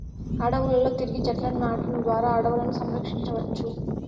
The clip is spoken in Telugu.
అడవులలో తిరిగి చెట్లను నాటడం ద్వారా అడవులను సంరక్షించవచ్చు